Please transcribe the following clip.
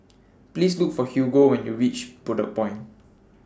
Please Look For Hugo when YOU REACH Bedok Point